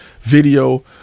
video